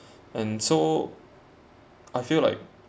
and so I feel like